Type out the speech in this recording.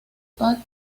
pack